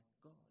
God